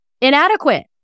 inadequate